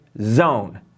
zone